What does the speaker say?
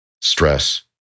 stress